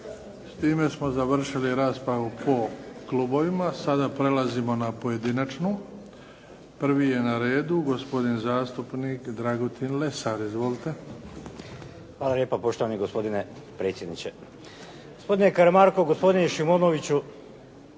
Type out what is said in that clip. S time smo završili raspravu po klubovima. Sada prelazimo na pojedinačnu. Prvi je na redu gospodin zastupnik Dragutin Lesar. Izvolite. **Lesar, Dragutin (Nezavisni)** Hvala lijepa poštovani gospodine predsjedniče. Gospodine Karamarko, gospodine Šimonoviću